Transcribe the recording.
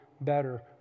better